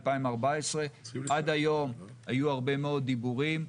עד היום היו הרבה מאוד דיבורים.